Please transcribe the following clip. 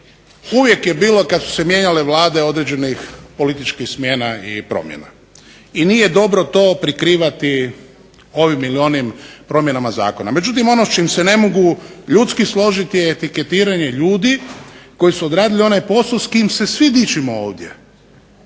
uvijek je bilo kada su se mijenjale vlade određenih političkih smjena i promjena i nije dobro to prikrivati ovim ili onim promjenama zakona. Međutim ono s čim se ne mogu ljudski složiti je etiketiranje ljudi koji su odradili onaj posao s kim se svi dičimo ovdje